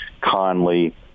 Conley